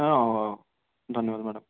ହଁ ହେଉ ହେଉ ଧନ୍ୟବାଦ ମ୍ୟାଡମ୍